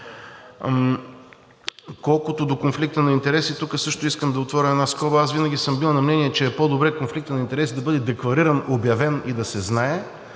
Колкото до конфликта на интереси, тук също искам да отворя една скоба. Аз винаги съм бил на мнение, че е по-добре конфликтът на интереси да бъде деклариран, обявен и да се знае,